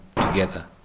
together